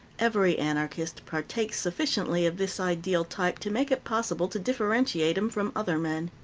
every anarchist partakes sufficiently of this ideal type to make it possible to differentiate him from other men.